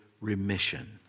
remission